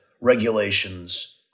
regulations